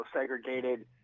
segregated